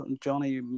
Johnny